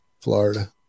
Florida